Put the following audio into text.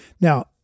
Now